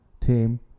team